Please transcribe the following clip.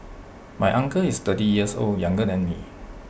my uncle is thirty years old younger than me